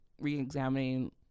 re-examining